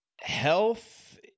health